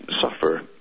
suffer